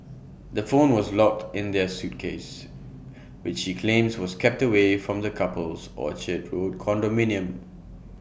the phone was locked in her suitcase which she claims was kept away from the couple's Orchard road condominium